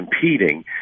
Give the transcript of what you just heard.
competing